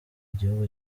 igihugu